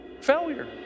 failure